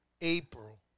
April